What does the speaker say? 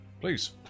please